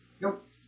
Nope